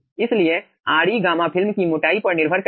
इसलिए Re gamma film की मोटाई पर निर्भर करेगा